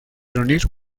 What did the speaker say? reunir